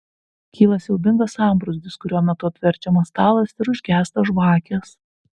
kyla siaubingas sambrūzdis kurio metu apverčiamas stalas ir užgęsta žvakės